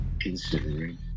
Considering